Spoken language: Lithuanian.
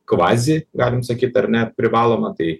kvazi galim sakyt ar ne privaloma tai